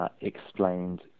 explained